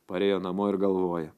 parėjo namo ir galvoja